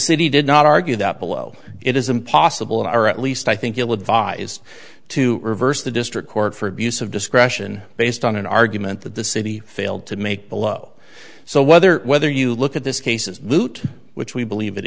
city did not argue that below it is impossible or at least i think ill advised to reverse the district court for abuse of discretion based on an argument that the city failed to make below so whether whether you look at this cases loot which we believe it